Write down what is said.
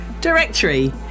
directory